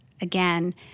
again